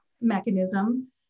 mechanism